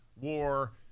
war